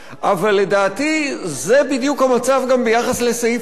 אבל לדעתי, זה בדיוק המצב גם ביחס לסעיף 1,